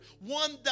one